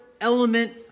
element